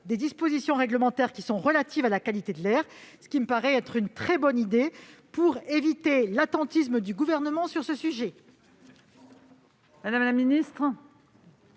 des dispositions réglementaires relatives à la qualité de l'air, ce qui me paraît être une très bonne idée pour éviter l'attentisme du Gouvernement sur ce sujet